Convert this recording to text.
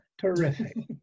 Terrific